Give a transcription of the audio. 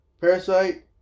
Parasite